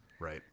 Right